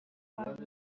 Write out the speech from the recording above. ساعت